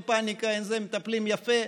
אין פאניקה, מטפלים יפה.